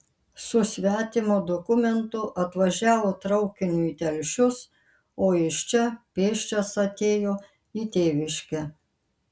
su svetimu dokumentu atvažiavo traukiniu į telšius o iš čia pėsčias atėjo į tėviškę